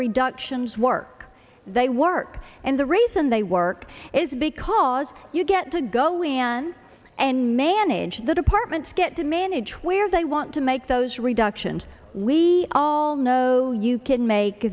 reductions work they work and the reason they work is because you get to go in and and manage the departments get to manage where they want to make those reductions we all know you can make